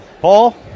Paul